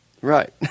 right